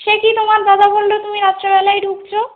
সে কি তোমার দাদা বললো তুমি রাত্রে বেলাই ঢুকছো